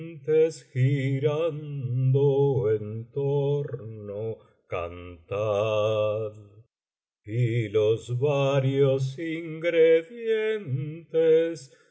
girando en torno cantad y los varios